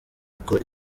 uko